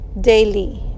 daily